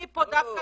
לא,